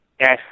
Yes